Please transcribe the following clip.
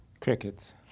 Crickets